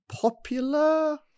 popular